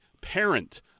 parent